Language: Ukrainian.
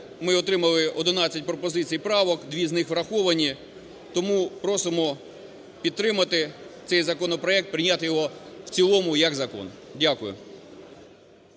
ми отримали 11 пропозицій і правок, дві з них враховані тому просимо підтримати цей законопроект, прийняти його в цілому як закон. Дякую.